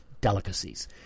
delicacies